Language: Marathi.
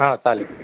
हां चालेल